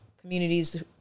communities